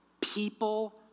People